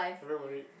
very worried